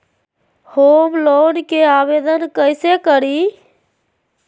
Home loan के आवेदन कैसे करि?